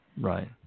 Right